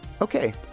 Okay